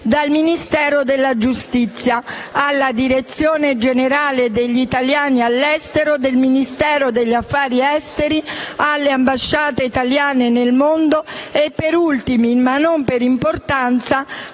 del Ministero della giustizia, alla Direzione generale per gli italiani all'estero e le politiche migratorie del Ministero degli affari esteri, alle ambasciate italiane nel mondo e, per ultimi ma non per importanza,